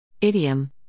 Idiom